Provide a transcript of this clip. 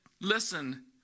listen